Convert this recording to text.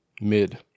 mid